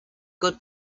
good